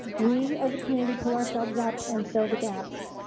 we as a community pull ourselves up and fill the gaps.